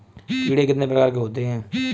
कीड़े कितने प्रकार के होते हैं?